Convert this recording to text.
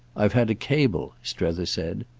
i've had a cable, strether said,